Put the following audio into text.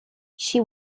she